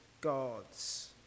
gods